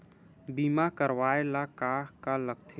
बीमा करवाय ला का का लगथे?